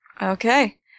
Okay